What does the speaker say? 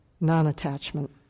non-attachment